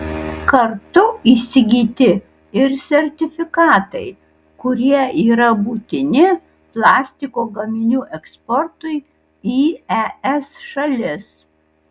kartu įsigyti ir sertifikatai kurie yra būtini plastiko gaminių eksportui į es šalis